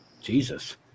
Jesus